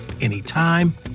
anytime